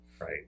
right